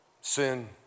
sin